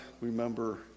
remember